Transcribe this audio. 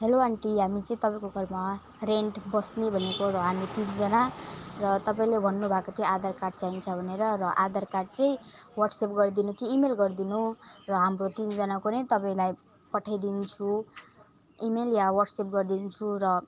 hello aunty हामी चाहिँ तपाईँको घरमा रेन्ट बस्ने भनेको र हामी तिनजना र तपाईँले भन्नुभएको थियो आधार कार्ड चाहिन्छ र आधार कार्ड चाहिँ व्हाट्सेप गरिदिनु कि इमेल गरिदिनु र हाम्रो तिनजनाको नै तपाईँलाई पठाइदिन्छु इमेल या व्हाट्सेप गरिदिन्छु र